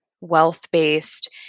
wealth-based